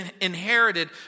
inherited